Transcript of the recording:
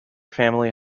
family